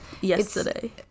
Yesterday